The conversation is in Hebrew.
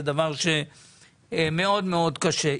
זה דבר שהוא מאוד מאוד קשה.